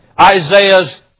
Isaiah's